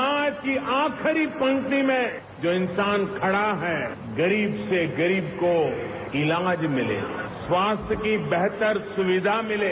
समाज की आखरी पक्ति में जो इंसान खड़ा है गरीब से गरीब को इलाज मिले स्वास्थ्य की बेहतर सुविधा मिले